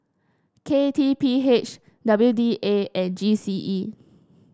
K T P H W D A and G C E